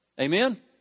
Amen